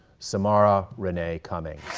samara renee cummings.